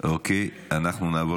אוקיי, אנחנו נעבור